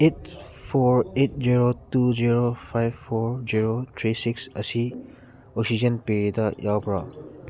eight four eight zero two zero five four zero three six ꯑꯁꯤ oxygen ꯄꯦꯗ ꯌꯥꯎꯕ꯭ꯔ